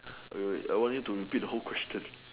wait I want you to repeat the whole question